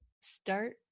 start